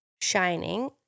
shining